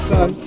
Son